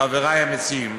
חברי המציעים,